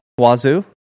Wazoo